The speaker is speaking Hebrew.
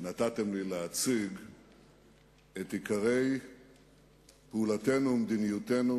שנתתם לי להציג את עיקרי פעולתנו ומדיניותנו